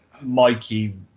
Mikey